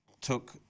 took